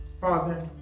Father